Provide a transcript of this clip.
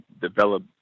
develop